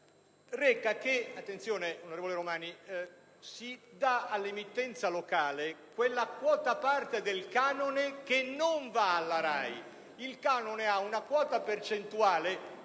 si dà all'emittenza locale la quota parte del canone che non va alla RAI. Il canone ha una quota percentuale